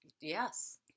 Yes